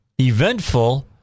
eventful